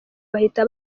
bahita